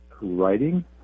writing